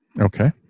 Okay